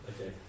Okay